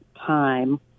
time